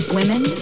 Women